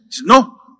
No